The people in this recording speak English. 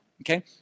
Okay